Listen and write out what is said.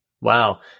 wow